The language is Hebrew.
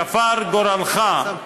שפר גורלך,